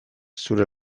zure